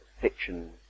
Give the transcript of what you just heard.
fiction